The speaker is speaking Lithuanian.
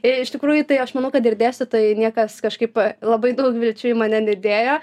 ir iš tikrųjų tai aš manau kad ir dėstytojai niekas kažkaip labai daug vilčių į mane nedėjo